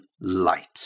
light